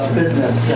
business